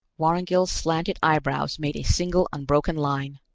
vorongil's slanted eyebrows made a single unbroken line.